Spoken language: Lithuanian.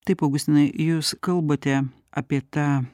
taip augustinai jūs kalbate apie tą